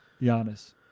Giannis